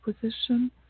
position